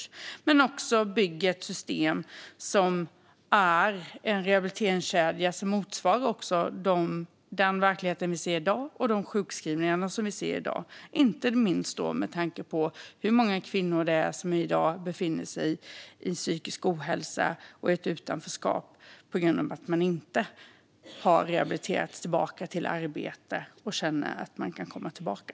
Det handlar också om att bygga ett system som är en rehabiliteringskedja som motsvarar den verklighet vi ser i dag och de sjukskrivningar vi ser i dag. Det gäller inte minst med tanke på hur många kvinnor som i dag befinner sig i psykisk ohälsa och ett utanförskap på grund av att de inte har rehabiliterats tillbaka till arbete och känner att de kan komma tillbaka.